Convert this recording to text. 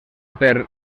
per